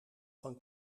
van